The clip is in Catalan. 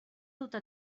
duta